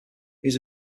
was